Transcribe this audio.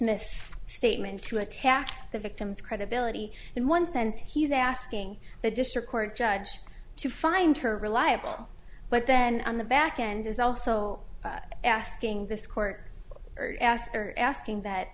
miss statement to attack the victim's credibility in one sense he's asking the district court judge to find her reliable but then on the back end is also asking this court or ask her asking that